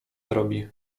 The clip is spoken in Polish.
zrobi